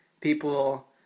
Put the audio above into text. people